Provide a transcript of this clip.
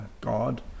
god